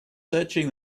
searching